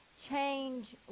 change